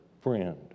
friend